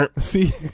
See